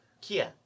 Kia